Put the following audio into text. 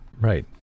Right